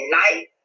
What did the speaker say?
night